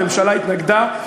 הממשלה התנגדה,